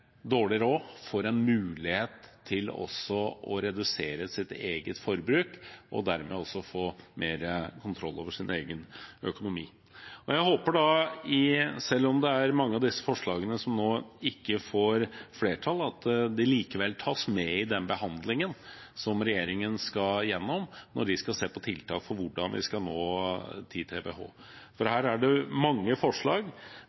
dårlig råd får en mulighet til å redusere sitt eget forbruk og dermed få mer kontroll over sin egen økonomi. Jeg håper, selv om det er mange av disse forslagene som nå ikke får flertall, at dette likevel tas med i den behandlingen som regjeringen skal gjennom når vi skal se på tiltak for hvordan vi skal nå 10 TWh. For her er det mange forslag,